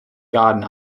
garden